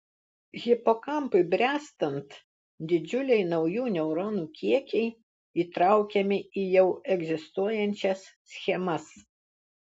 hipokampui bręstant didžiuliai naujų neuronų kiekiai įtraukiami į jau egzistuojančias schemas